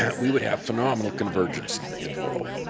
and we would have phenomenal convergence in the in the world.